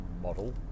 model